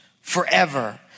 forever